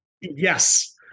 Yes